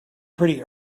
pretty